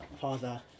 father